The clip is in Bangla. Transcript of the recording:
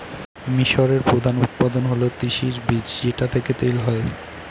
মিশরের প্রধান উৎপাদন হল তিসির বীজ যেটা থেকে তেল হয়